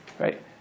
right